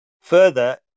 further